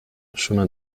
chemin